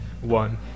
one